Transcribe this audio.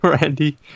Randy